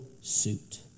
suit